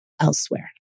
elsewhere